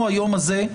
אנחנו היום הזה,